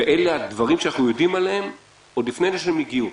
ואלה הדברים שאנחנו יודעים עליהם עוד לפני שהם הגיעו.